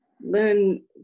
learn